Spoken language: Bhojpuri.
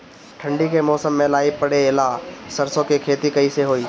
ठंडी के मौसम में लाई पड़े ला सरसो के खेती कइसे होई?